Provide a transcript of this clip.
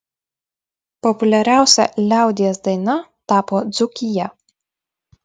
populiariausia liaudies daina tapo dzūkija